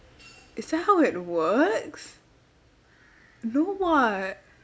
is that how it works no [what]